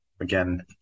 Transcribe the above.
Again